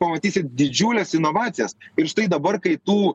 pamatysit didžiules inovacijas ir štai dabar kai tų